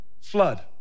flood